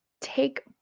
take